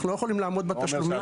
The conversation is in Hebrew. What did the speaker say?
אנחנו לא יכולים לעמוד בתשלום הזה.